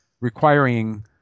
requiring